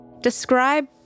Describe